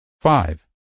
Five